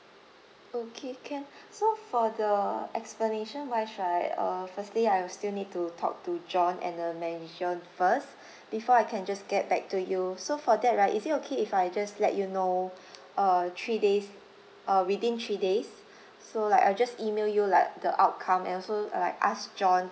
okay can so for the explanation wise right uh firstly I will still need to talk to john and the manager first before I can just get back to you so for that right is it okay if I just let you know uh three days uh within three days so like I'll just email you like the outcome and also like ask john